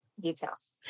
details